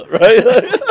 right